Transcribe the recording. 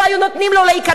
לא היו נותנים לו להיכנס.